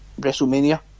WrestleMania